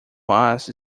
was